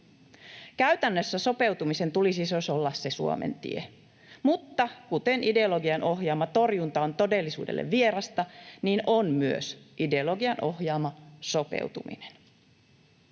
Käytännössä sopeutumisen tulisi siis olla Suomen tie, mutta kuten ideologian ohjaama torjunta on todellisuudelle vierasta, niin on myös ideologian ohjaama sopeutuminen.